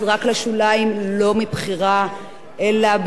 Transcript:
אלא כי לא היו גם מספיק מענים בחברה.